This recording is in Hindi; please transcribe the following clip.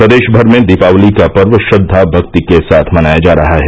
प्रदेश भर में दीपावली का पर्व श्रद्वा भक्ति के साथ मनाया जा रहा है